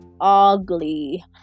ugly